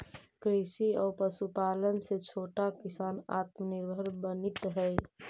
कृषि आउ पशुपालन से छोटा किसान आत्मनिर्भर बनित हइ